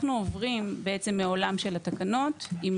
אנחנו עוברים בעצם מעולם של התקנות עם